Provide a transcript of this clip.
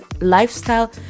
lifestyle